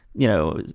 you know,